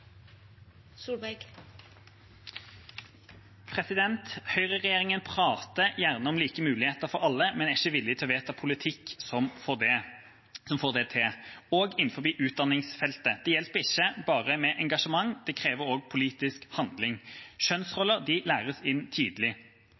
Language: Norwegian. ikke villig til å vedta politikk som får det til, heller ikke innenfor utdanningsfeltet. Det hjelper ikke bare med engasjement, det krever også politisk handling.